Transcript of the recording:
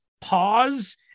pause